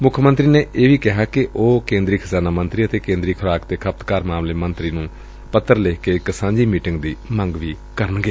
ਮੁੱਖ ਮੰਤਰੀ ਨੇ ਇਹ ਵੀ ਕਿਹਾ ਕਿ ਊਹ ਕੇਦਰੀ ਖਜ਼ਾਨਾ ਮੰਤਰੀ ਅਤੇ ਕੇ'ਦਰੀ ਖੁਰਾਕ ਤੇ ਖਪਤਕਾਰ ਮਾਮਲੇ ਮੰਤਰੀ ਨੂੰ ਪੱਤਰ ਲਿਖ ਕੇ ਸਾਝੀ ਮੀਟਿੰਗ ਦੀ ਮੰਗ ਕਰਨਗੇ